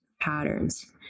patterns